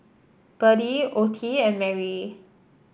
Berdie Ottie and Merry